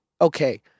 okay